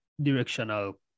directional